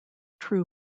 true